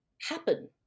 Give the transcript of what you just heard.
happen